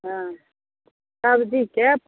हँ सबजीके